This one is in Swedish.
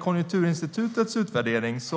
Konjunkturinstitutet konstaterar i sin